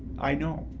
i know.